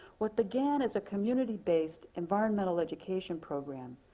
what began as a community based environmental education program,